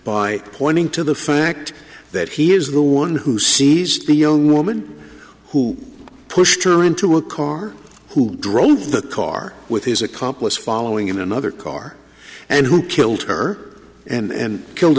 by pointing to the fact that he is the one who sees the young woman who pushed her into a car who drove the car with his accomplice following in another car and who killed her and killed